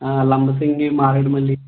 లంబ సింగి మారేడుమల్లి